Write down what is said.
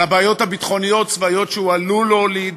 על הבעיות הביטחוניות שהוא עלול להוליד,